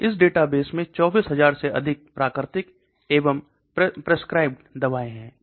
इस डेटाबेस में 24000 से अधिक प्राकृतिक एवं प्रेसक्राइब्ड दवाएं है